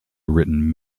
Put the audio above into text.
written